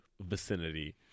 vicinity